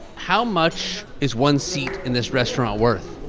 how much is one seat in this restaurant worth?